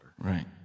Right